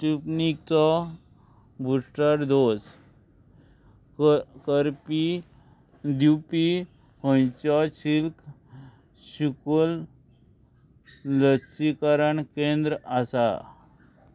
स्पुटनिकचो booster dose क करपी दिवपी खंयचींय सिल्क शुक्ल लसीकरण केंद्र आसा